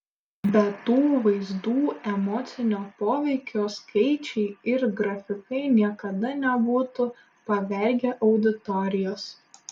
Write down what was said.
be tų vaizdų emocinio poveikio skaičiai ir grafikai niekada nebūtų pavergę auditorijos